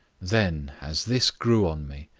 then, as this grew on me,